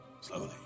Slowly